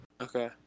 Okay